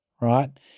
right